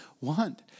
want